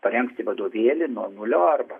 parengti vadovėlį nuo nulio arba